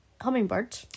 Hummingbird